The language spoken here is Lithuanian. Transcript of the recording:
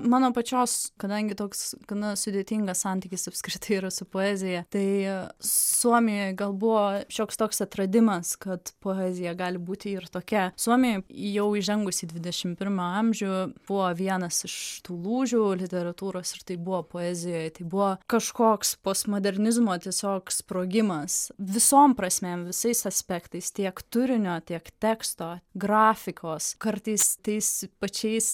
mano pačios kadangi toks gana sudėtingas santykis apskritai yra su poezija tai suomijoj gal buvo šioks toks atradimas kad poezija gali būti ir tokia suomijai jau įžengus į dvidešim pirmą amžių buvo vienas iš tų lūžių literatūros ir tai buvo poezijoje tai buvo kažkoks postmodernizmo tiesiog sprogimas visom prasmėm visais aspektais tiek turinio tiek teksto grafikos kartais tais pačiais